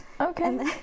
Okay